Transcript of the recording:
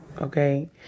okay